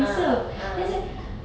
ah ah